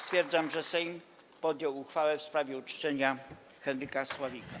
Stwierdzam, że Sejm podjął uchwałę w sprawie uczczenia Henryka Sławika.